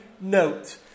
note